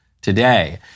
today